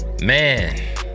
man